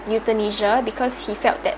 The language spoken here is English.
euthanasia because he felt that